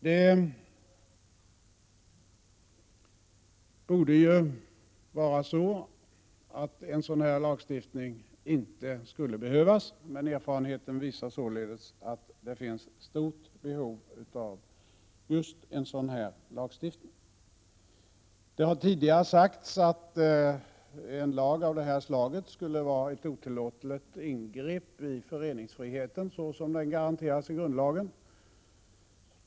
Det borde vara så att en sådan lagstiftning inte skulle behövas, men erfarenheten visar således att det finns stort behov av just en sådan lagstiftning. Det har tidigare sagts att en lag av det här slaget skulle vara ett otillåtet ingrepp i föreningsfriheten, så som den garanteras i grundlagen.